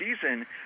season